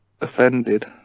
offended